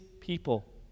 people